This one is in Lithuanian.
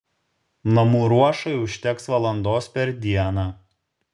namų ruošai užteks valandos per dieną